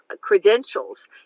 credentials